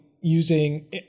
using